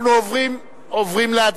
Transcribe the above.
אנחנו עוברים להצבעה.